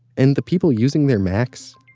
and the people using their macs?